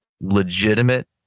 legitimate